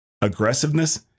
aggressiveness